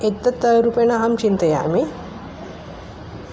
एतत् रूपेण अहं चिन्तयामि